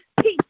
Peace